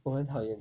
我很讨厌